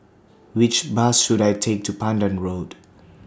Which Bus should I Take to Pandan Road